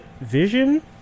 vision